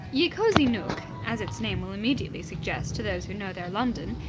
ye cosy nooke, as its name will immediately suggest to those who know their london,